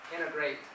integrate